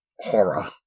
horror